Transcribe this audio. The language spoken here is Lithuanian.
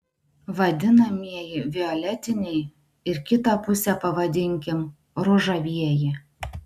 vadinamieji violetiniai ir kitą pusę pavadinkim ružavieji